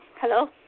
Hello